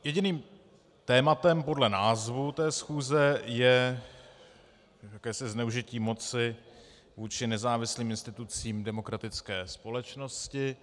Jediným tématem podle názvu té schůze je jakési zneužití moci vůči nezávislým institucím demokratické společnosti.